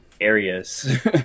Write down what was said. areas